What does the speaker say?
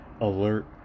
Alert